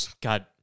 God